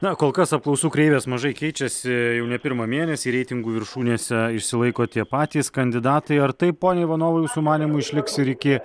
na kol kas apklausų kreivės mažai keičiasi jau ne pirmą mėnesį reitingų viršūnėse išsilaiko tie patys kandidatai ar taip pone ivanovai jūsų manymu išliks ir iki